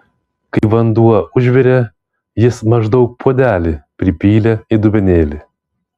kai vanduo užvirė jis maždaug puodelį pripylė į dubenėlį